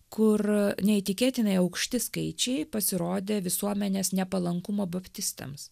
kur neįtikėtinai aukšti skaičiai pasirodė visuomenės nepalankumo baptistams